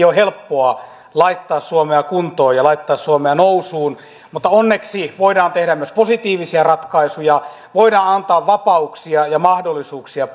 ole helppoa laittaa suomea kuntoon ja nousuun mutta onneksi voidaan tehdä myös positiivisia ratkaisuja voidaan antaa vapauksia ja mahdollisuuksia